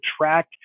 track